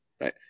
Right